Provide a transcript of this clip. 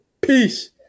peace